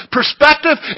Perspective